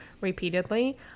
repeatedly